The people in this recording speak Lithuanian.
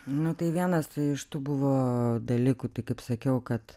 nu tai vienas iš tų buvo dalykų tai kaip sakiau kad